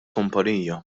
kumpanija